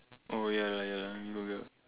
oh ya lah ya lah